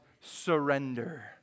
surrender